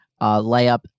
layup